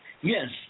Yes